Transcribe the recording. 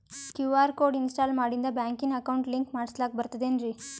QR code install ಮಾಡಿಂದ ಬ್ಯಾಂಕಿನ account link ಮಾಡಸ್ಲಾಕ ಬರ್ತದೇನ್ರಿ